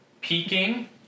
peaking